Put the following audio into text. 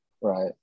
Right